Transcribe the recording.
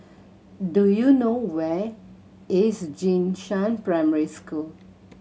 do you know where is Jing Shan Primary School